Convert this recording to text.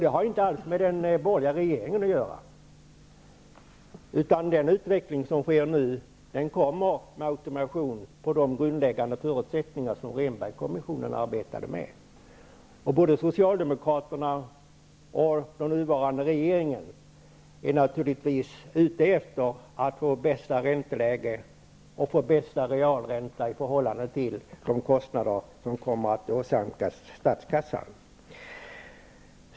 Detta har inte alls någonting med den borgerliga regeringen att göra. Den utveckling som nu sker kommer med automatik på grundval av de grundläggande förutsättningar som Rehnbergkommissionen arbetat fram. Både Socialdemokraterna och den nuvarande regeringen är naturligtvis ute efter att få bästa realränta i förhållande till de kostnader som kommer att åsamkas statskassan.